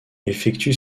effectue